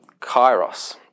kairos